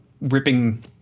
ripping